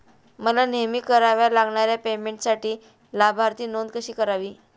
मला नेहमी कराव्या लागणाऱ्या पेमेंटसाठी लाभार्थी नोंद कशी करावी?